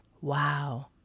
Wow